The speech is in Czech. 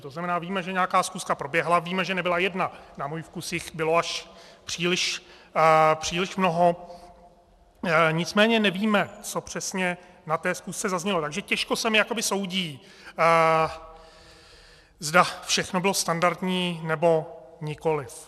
To znamená, víme, že nějaká schůzka proběhla, víme, že nebyla jedna, na můj vkus jich bylo až příliš mnoho, nicméně nevíme, co přesně na té schůzce zaznělo, takže těžko se mi jakoby soudí, zda všechno bylo standardní, nebo nikoliv.